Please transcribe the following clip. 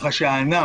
ככה שהענף,